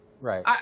Right